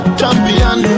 champion